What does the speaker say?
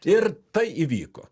ir tai įvyko